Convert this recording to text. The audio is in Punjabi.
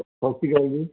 ਸਤਿ ਸ਼੍ਰੀ ਅਕਾਲ ਜੀ